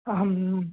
अहम्